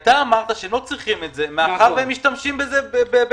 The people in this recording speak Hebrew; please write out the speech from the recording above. אתה אמרת שלא צריכים את זה מאחר והם משתמשים בזה בהקדם,